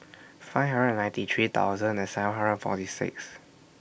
five hundred and ninety three thousand and seven hundred and forty six